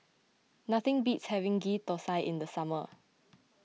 nothing beats having Ghee Thosai in the summer